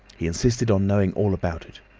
he insisted on knowing all about it.